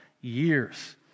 years